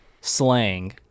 slang